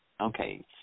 okay